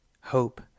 hope